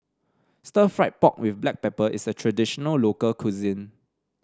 Stir Fried Pork with Black Pepper is a traditional local cuisine